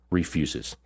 refuses